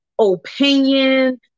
opinion